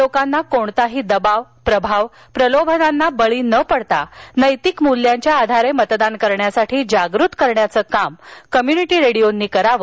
लोकांना कोणताही दबाव प्रभाव प्रलोभनाला बळी न पडता नैतिक मूल्यांच्या आधारे मतदान करण्यासाठी जागृत करण्याचे काम कम्युनिटी रेडिओंनी करावे